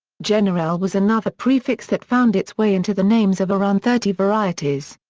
generael was another prefix that found its way into the names of around thirty varieties.